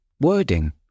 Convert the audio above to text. Wording